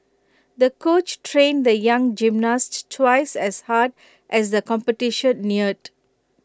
the coach trained the young gymnast twice as hard as the competition neared